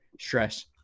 stress